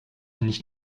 nicht